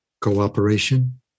cooperation